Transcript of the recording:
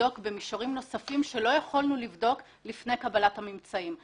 לבדוק מישורים נוספים שלא יכולנו לבדוק לפני קבלת האמצעים.